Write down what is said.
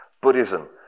Buddhism